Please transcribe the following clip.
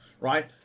right